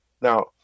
Now